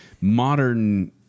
modern